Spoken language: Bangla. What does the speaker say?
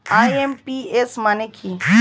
আই.এম.পি.এস মানে কি?